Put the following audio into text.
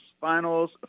Finals